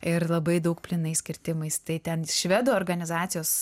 ir labai daug plynais kirtimais tai ten švedų organizacijos